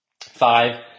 Five